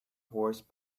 horse